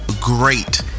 great